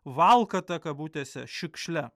valkata kabutėse šiukšle